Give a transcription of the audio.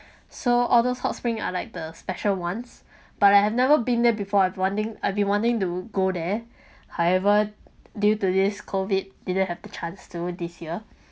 so all those hot spring are like the special ones but I have never been there before I've wanting I've been wanting to go there however due to this COVID didn't have the chance to this year